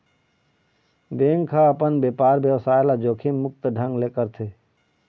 bank ह अपन बेपार बेवसाय ल जोखिम मुक्त ढंग ले करथे